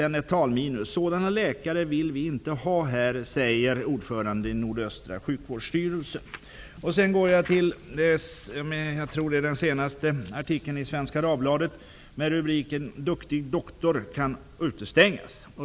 Där stod: ''-- Sådana läkare vill vi inte ha här'', säger ordföranden i nordöstra sjukvårdsstyrelsen. Den senaste artikeln i Svenska Dagbladet på detta tema har rubriken ''Duktig doktor kan utestängas''.